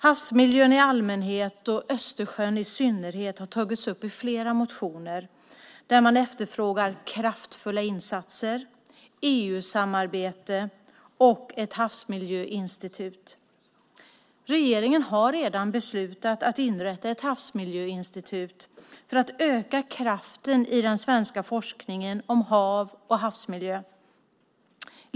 Havsmiljön i allmänhet och Östersjön i synnerhet har tagits upp i flera motioner där man efterfrågar kraftfulla insatser, EU-samarbete och ett havsmiljöinstitut. Regeringen har redan beslutat att inrätta ett havsmiljöinstitut för att öka kraften i den svenska forskningen om hav och havsmiljö.